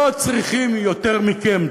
לא צריכים יותר מכם,